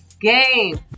Game